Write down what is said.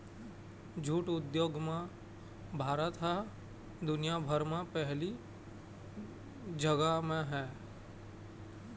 jute उद्योग म भारत ह दुनिया भर म पहिली जघा म हे